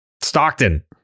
Stockton